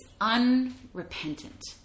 unrepentant